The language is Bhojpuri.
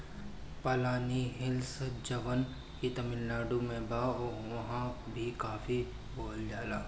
पलानी हिल्स जवन की तमिलनाडु में बा उहाँ भी काफी बोअल जाला